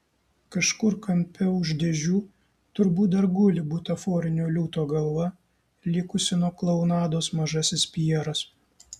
kažkur kampe už dėžių turbūt dar guli butaforinio liūto galva likusi nuo klounados mažasis pjeras